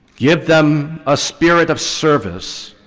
give them a spirt of service,